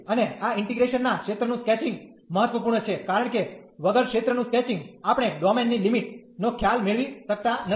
અને આ ઇન્ટીગ્રેશન ના ક્ષેત્ર નું સ્કેચીંગ મહત્વપૂર્ણ છે કારણ કે વગર ક્ષેત્ર નું સ્કેચિંગ આપણે ડોમેન ની લિમિટ નો ખ્યાલ મેળવી શકતા નથી